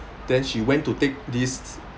then she went to take this